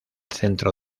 centro